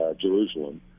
Jerusalem